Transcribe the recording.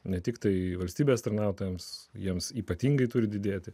ne tiktai valstybės tarnautojams jiems ypatingai turi didėti